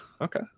Okay